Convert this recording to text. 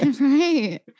Right